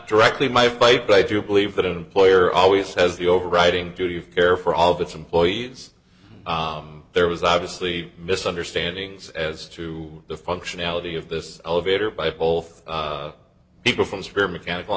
directly my fight but i do believe that an employer always has the overriding duty of care for all of its employees there was obviously misunderstandings as to the functionality of this elevator by both people from severe mechanical